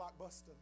Blockbuster